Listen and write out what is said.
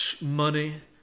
money